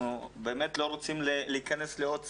אנחנו באמת לא רוצים להיכנס לעוד סגר,